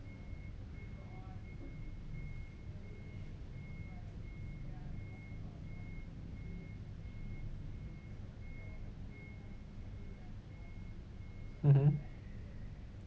mmhmm